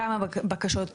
כמה בקשות הוגשו,